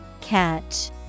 Catch